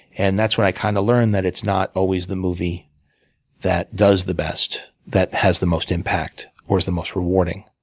and that's when i kind of learned that it's not always the movie that does the best that has the most impact, or is the most rewarding,